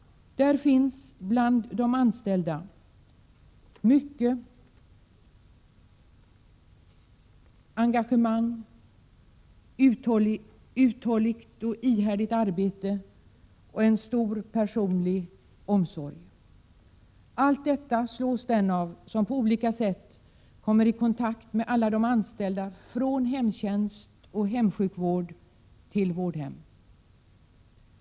Det finns bland de anställda inom den offentliga sektorn engagemang, uthålligt och ihärdigt arbete och en stor personlig omsorg. Allt detta slås den av som på olika sätt kommer i kontakt med alla de anställda inom hemtjänsten, inom hemsjukvård och på vårdhem.